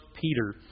Peter